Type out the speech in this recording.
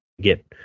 get